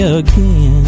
again